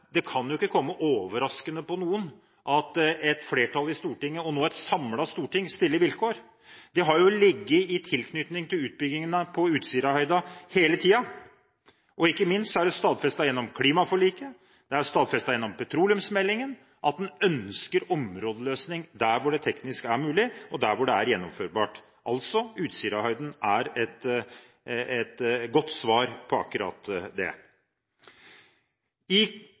et flertall i Stortinget, og nå et samlet storting, stiller vilkår. Det har ligget der i tilknytning til utbyggingen på Utsirahøyden hele tiden. Ikke minst er det stadfestet gjennom klimaforliket og gjennom petroleumsmeldingen at en ønsker områdeløsning der det teknisk er mulig, og der det er gjennomførbart. Utsirahøyden er et godt svar på akkurat det. I